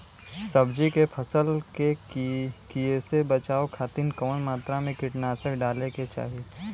सब्जी के फसल के कियेसे बचाव खातिन कवन मात्रा में कीटनाशक डाले के चाही?